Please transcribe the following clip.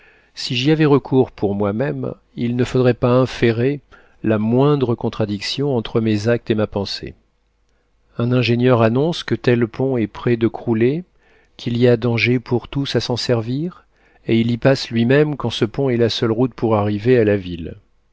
si j'y avais recours pour moi-même il ne faudrait pas inférer la moindre contradiction entre mes actes et ma pensée un ingénieur annonce que tel pont est près de crouler qu'il y a danger pour tous à s'en servir et il y passe lui-même quand ce pont est la seule route pour arriver à la ville